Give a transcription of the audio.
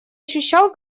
ощущал